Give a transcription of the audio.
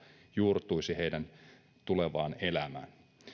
juurtuisi heidän tulevaan elämäänsä